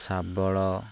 ଶାବଳ